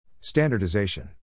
Standardization